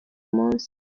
munsi